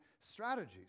strategies